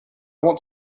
want